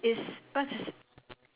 ya ya it looks like pro tools